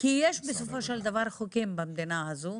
כי יש בסופו של דבר חוקים במדינה הזו,